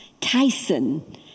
Tyson